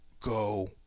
go